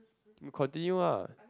you continue lah